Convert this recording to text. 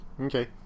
okay